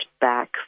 back